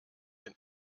den